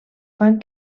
fan